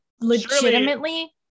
legitimately-